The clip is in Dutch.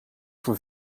voor